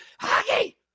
Hockey